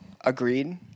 Agreed